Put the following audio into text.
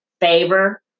favor